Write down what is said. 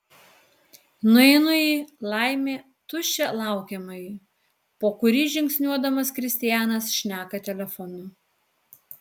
nueinu į laimė tuščią laukiamąjį po kurį žingsniuodamas kristianas šneka telefonu